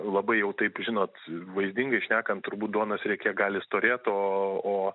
labai jau taip žinot vaizdingai šnekant turbūt duonos riekė gali storėt o